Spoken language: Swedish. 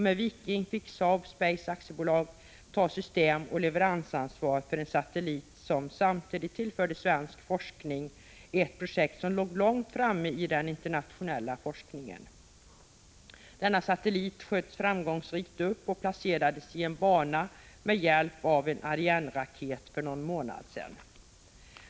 Med Viking fick Saab Space AB ta systemoch leveransansvar för en satellit, som samtidigt tillförde svensk forskning ett projekt som låg långt framme i den internationella forskningen. Denna satellit sköts framgångsrikt upp och placerades i en bana med hjälp av en Arianeraket för någon månad sedan.